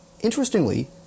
Interestingly